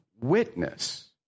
witness